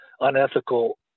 unethical